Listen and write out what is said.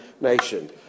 nation